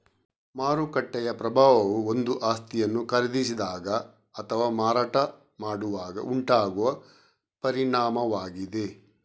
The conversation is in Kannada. ಮಾರುಕಟ್ಟೆಯ ಪ್ರಭಾವವು ಒಂದು ಆಸ್ತಿಯನ್ನು ಖರೀದಿಸಿದಾಗ ಅಥವಾ ಮಾರಾಟ ಮಾಡುವಾಗ ಉಂಟಾಗುವ ಪರಿಣಾಮವಾಗಿದೆ